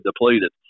depleted